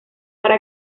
para